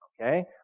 okay